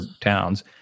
towns